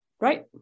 right